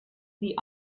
sie